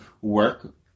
work